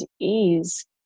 ease